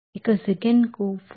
ఇది సెకనుకు 4